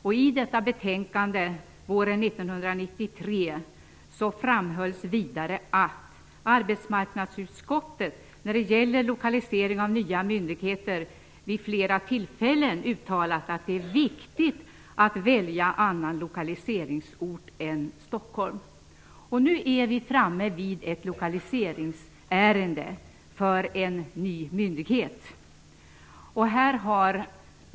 I betänkandet från våren 1993 framhölls det vidare att arbetsmarknadsutskottet vid flera tillfällen hade uttalat att det är viktigt att välja annan lokaliseringsort än Stockholm för nya myndigheter. Nu har vi ett lokaliseringsärende som gäller en ny myndighet.